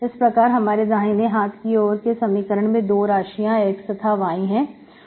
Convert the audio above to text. इस प्रकार हमारे दाहिने हाथ की ओर के समीकरण में दो नई राशियां X तथा Y है